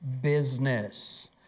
business